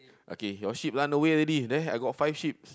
okay your sheep run away already there I got five sheep's